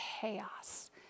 chaos